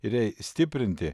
ir jai stiprinti